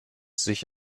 sich